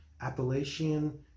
Appalachian